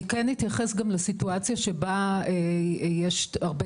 אני כן אתייחס גם לסיטואציה שבה יש הרבה